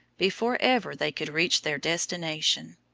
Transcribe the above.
before ever they could reach their destination.